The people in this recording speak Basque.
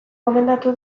gomendatu